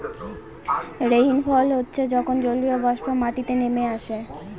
rainfall হচ্ছে যখন জলীয়বাষ্প মাটিতে নেমে আসে